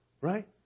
Right